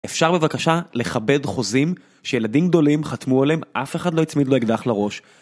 אפשר בבקשה לכבד חוזים שילדים גדולים חתמו עליהם, אף אחד לא הצמיד לו אקדח לראש.